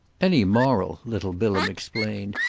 any moral, little bilham explained,